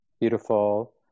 beautiful